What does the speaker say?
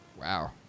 wow